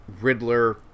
Riddler